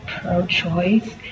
pro-choice